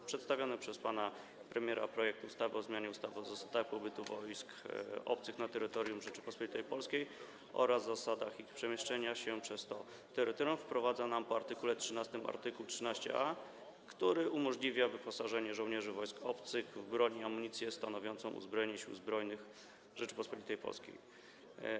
W przedstawionym przez pana premiera projekcie ustawy o zmianie ustawy o zasadach pobytu wojsk obcych na terytorium Rzeczypospolitej Polskiej oraz zasadach ich przemieszczania się przez to terytorium wprowadza się po art. 13 art. 13a, który umożliwia wyposażenie żołnierzy wojsk obcych w broń i amunicję stanowiącą uzbrojenie Sił Zbrojnych Rzeczypospolitej Polskiej.